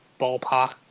ballpark